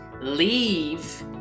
leave